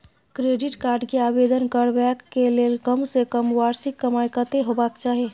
Credit card के आवेदन करबैक के लेल कम से कम वार्षिक कमाई कत्ते होबाक चाही?